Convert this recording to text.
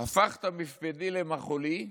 "הפכת מספדי למחול לי",